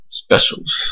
specials